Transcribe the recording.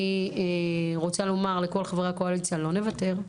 אני רוצה לומר לכל חברי הקואליציה - לא נוותר.